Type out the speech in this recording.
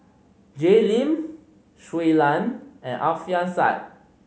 Jay Lim Shui Lan and Alfian Sa'at